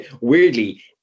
weirdly